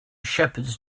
shepherds